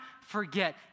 forget